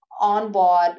onboard